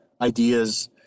ideas